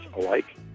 alike